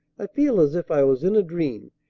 i feel as if i was in a dream,